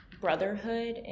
brotherhood